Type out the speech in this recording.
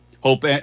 Hope